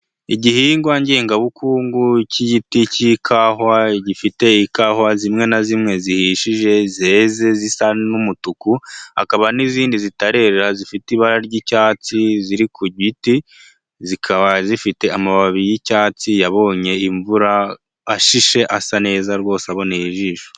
Igihingwa ngengabukungu k'igiti k'ikawa gifite ikawa zimwe na zimwe zihishije zeze zisa n'umutuku. Hakaba n'izindi zitarera zifite ibara ry'icyatsi ziri ku giti. Zikaba zifite amababi y'icyatsi yabonye imvura, ashishe, asa neza rwose aboneye ijisho.